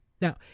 Now